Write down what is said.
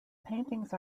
paintings